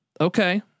Okay